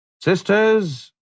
sisters